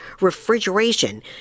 refrigeration